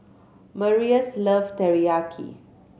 Marius love Teriyaki